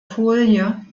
folie